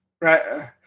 right